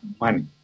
money